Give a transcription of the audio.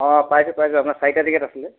অঁ পাইছোঁ পাইছোঁ আপোনাৰ চাৰিটা টিকেট আছিলে